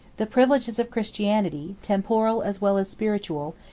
the privileges of christianity, temporal as well as spiritual,